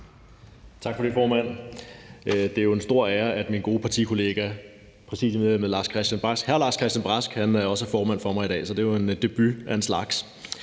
Tak for det, formand. Det er en stor ære, at min gode partikollega præsidiemedlem hr. Lars-Christian Brask også er formand for mig i dag. Det er jo en debut af en slags.